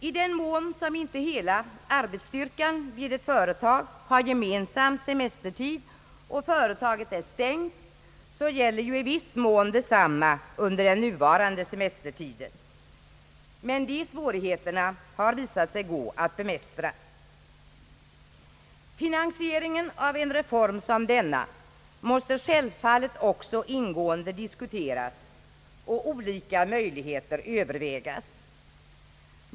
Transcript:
I den mån som inte hela arbetsstyrkan vid ett företag har gemensam semestertid och företaget är stängt så gäller i viss mån detsamma under den nuvarande semestertiden, men de svårigheterna har visat sig gå att bemästra. Finansieringen av en reform som denna måste självfallet också ingående diskuteras och olika möjligheter övervägas.